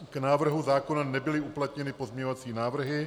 K návrhu zákona nebyly uplatněny pozměňovací návrhy.